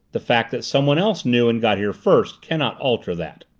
the fact that someone else knew and got here first cannot alter that.